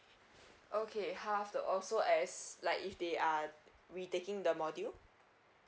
okay half the also as like if they are retaking the module